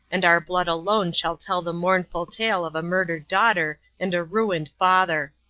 and our blood alone shall tell the mournful tale of a murdered daughter and a ruined father.